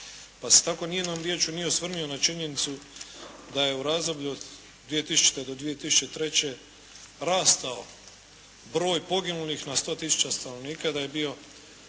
Pa se tako ni jednom riječju nije osvrnuo na činjenicu da je u razdoblju od 2000. do 2003. rastao broj poginulih na 100000 stanovnika, da je bio